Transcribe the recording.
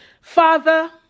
Father